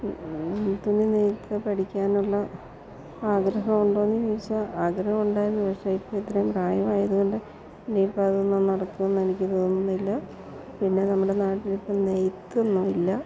തുണി നെയ്ത് പഠിക്കാനുള്ള ആഗ്രഹം ഉണ്ടോയെന്നു ചോദിച്ചാൽ ആഗ്രഹം ഉണ്ടായിരുന്നു പക്ഷെ ഇപ്പോൾ ഇത്രയും പ്രായമായതുകൊണ്ട് ഇനിയിപ്പം അതൊന്നും നടക്കുമെന്നെനിക്ക് തോന്നുന്നില്ല പിന്നെ നമ്മുടെ നാട്ടിലിപ്പം നെയ്ത്തൊന്നും ഇല്ല